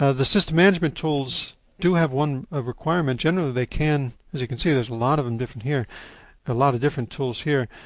ah the system management tools do have one requirement. generally, they can, as you can see there's a lot of em different here a lot of different tools here.